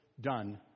done